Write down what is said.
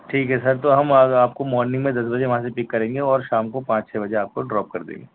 ٹھیک ہے سر تو ہم آج آپ کو مارننگ میں دس بجے وہاں سے پک کریں گے اور شام کو پانچ چھ بجے آپ کو ڈراپ کر دیں گے